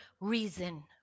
reason